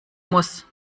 muss